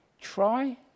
Try